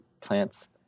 plants